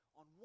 on